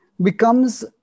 becomes